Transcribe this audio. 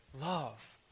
love